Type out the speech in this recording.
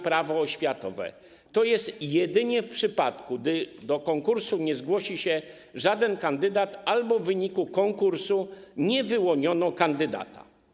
Prawo oświatowe, tj. jedynie w przypadku gdy do konkursu nie zgłosi się żaden kandydat albo w wyniku konkursu nie wyłoniono kandydata?